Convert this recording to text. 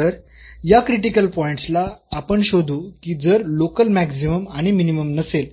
तर या critical points ला आपण शोधू की जर लोकल मॅक्सिमम आणि मिनिमम नसेल